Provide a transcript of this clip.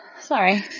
sorry